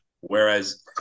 Whereas